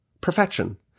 perfection